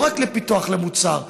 לא רק לפיתוח מוצר,